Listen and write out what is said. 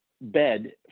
bed